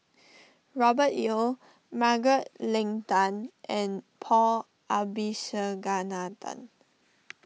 Robert Yeo Margaret Leng Tan and Paul Abisheganaden